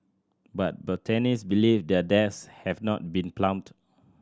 but botanist believe their depths have not been plumbed